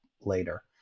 later